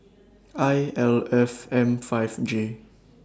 I L F M five J